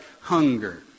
hunger